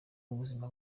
ubuzima